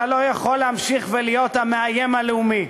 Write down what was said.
אתה לא יכול להמשיך להיות המאיים הלאומי.